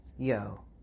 Yo